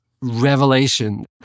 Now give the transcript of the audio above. revelation